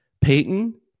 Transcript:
Peyton